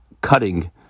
cutting